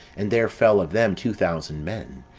and there fell of them two thousand men,